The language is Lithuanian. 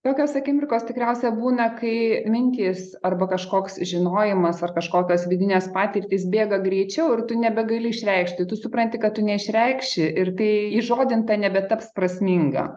tokios akimirkos tikriausia būna kai mintys arba kažkoks žinojimas ar kažkokios vidinės patirtys bėga greičiau ir tu nebegali išreikšti tu supranti kad tu neišreikši ir kai įžodinta nebetaps prasminga